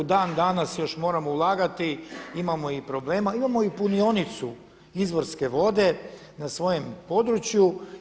Dan danas još moramo ulagati, imamo i problema, imamo i punionicu izvorske vode na svojem području.